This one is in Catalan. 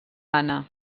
anna